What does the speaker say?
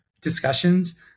discussions